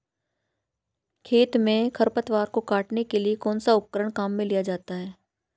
खेत में खरपतवार को काटने के लिए कौनसा उपकरण काम में लिया जाता है?